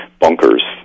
bunkers